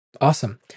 Awesome